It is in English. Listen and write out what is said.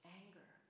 anger